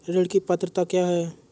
ऋण की पात्रता क्या है?